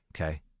okay